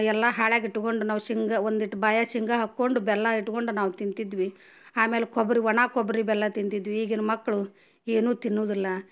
ಎಲ್ಲ ಹಾಳ್ಯಾಗೆ ಇಟ್ಟುಕೊಂಡು ನಾವು ಶೇಂಗಾ ಒಂದೀಟ್ ಬಾಯಾಗ ಶೇಂಗಾ ಹಾಕ್ಕೊಂಡು ಬೆಲ್ಲ ಇಟ್ಕೊಂಡು ನಾವು ತಿಂತಿದ್ವಿ ಆಮೇಲೆ ಕೊಬ್ರಿ ಒಣ ಕೊಬ್ಬರಿ ಬೆಲ್ಲ ತಿಂತಿದ್ವಿ ಈಗಿನ ಮಕ್ಕಳು ಏನೂ ತಿನ್ನುವುದಿಲ್ಲ